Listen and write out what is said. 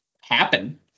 happen